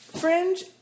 Fringe